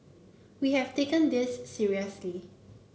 we have taken this seriously